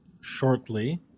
shortly